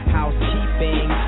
Housekeeping